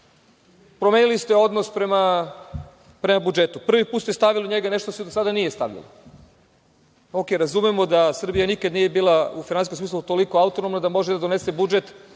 promenili ste odnos prema budžetu. Prvi put ste stavili u njega nešto što do sada nije stavljeno. OK, razumemo da Srbija nikad nije bila u finansijskom smislu toliko autonomna da može da donese budžet